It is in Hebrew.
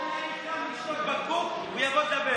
עוד שעה יאיר קם לשתות בקבוק והוא יבוא לדבר.